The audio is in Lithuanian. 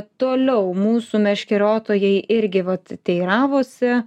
toliau mūsų meškeriotojai irgi vat teiravosi